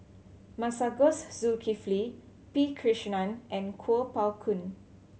Masagos Zulkifli P Krishnan and Kuo Pao Kun